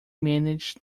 managed